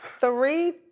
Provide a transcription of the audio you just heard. three